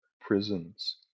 prisons